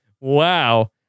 Wow